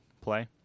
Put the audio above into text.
play